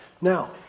Now